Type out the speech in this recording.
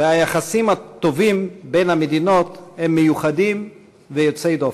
והיחסים הטובים בין המדינות הם מיוחדים ויוצאי דופן.